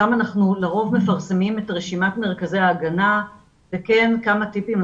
שם אנחנו לרוב מפרסמים את רשימת מרכזי ההגנה וכן כמה טיפים,